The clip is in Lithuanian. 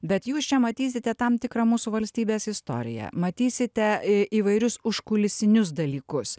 bet jūs čia matysite tam tikrą mūsų valstybės istoriją matysite įvairius užkulisinius dalykus